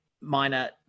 minor